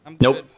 nope